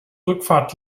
rückfahrt